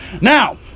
Now